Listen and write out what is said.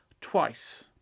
twice